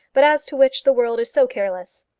but as to which the world is so careless.